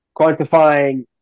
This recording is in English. quantifying